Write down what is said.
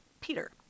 Peter